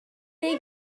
neu